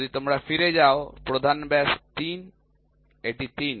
যদি তোমরা ফিরে যাও প্রধান ব্যাস ৩ এটি ৩